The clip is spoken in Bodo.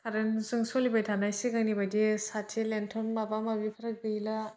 खारेन्टजों सलिबाय थानाय सिगांनि बायदि साथि लेन्थन माबा माबिफ्रा गैला